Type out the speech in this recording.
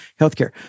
healthcare